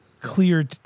clear